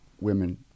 women